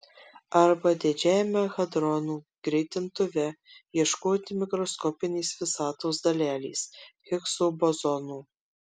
arba didžiajame hadronų greitintuve ieškoti mikroskopinės visatos dalelės higso bozono